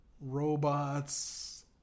robots